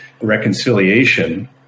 Reconciliation